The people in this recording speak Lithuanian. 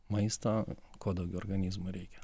maisto kuo daugiau organizmui reikia